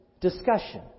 discussion